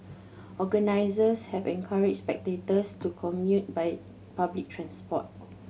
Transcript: organisers have encouraged spectators to commute by public transport